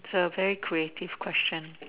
it's a very creative question